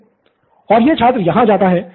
pro Bala और यह छात्र यहाँ जाता है